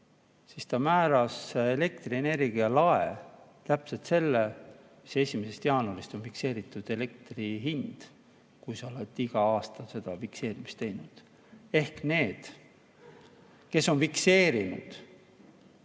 siis ta määras elektrienergia lae, täpselt selle, mis 1. jaanuarist on fikseeritud elektri hind, kui sa oled igal aastal fikseerinud. Ehk need, kes on fikseerinud